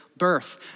birth